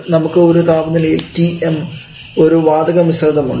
നമുക്ക് ഒരു താപനിലയിൽ Tm ഒരു വാതക മിശ്രിതമുണ്ട്